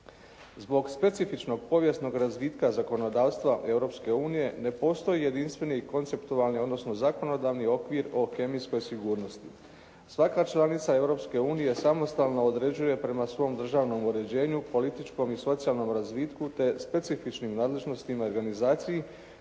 Zbog specifičnog povijesnog razvitka zakonodavstva Europske unije, ne postoje jedinstveni i konceptualni, odnosno zakonodavni okvir o kemijskoj sigurnosti. Svaka članica Europske unije samostalno određuje prema svom državnom uređenju, političkom i socijalnom razvitku te specifičnim nadležnostima i organizaciji